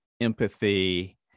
empathy